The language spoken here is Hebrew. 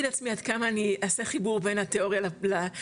לעצמי עד כמה אני אעשה חיבור בין התאוריה למעשה,